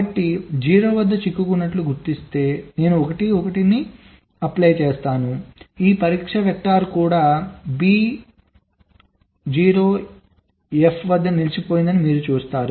కాబట్టి 0 వద్ద చిక్కుకున్నట్లు గుర్తించినట్లయితే నేను 1 1 ను దరఖాస్తు చేసుకోవాలి ఈ పరీక్ష వెక్టర్ కూడా B 0 F వద్ద నిలిచిపోయిందని మీరు చూస్తారు